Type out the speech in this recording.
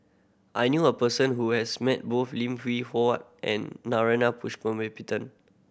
I knew a person who has met both Lim Hwee Hua and Narana Putumaippittan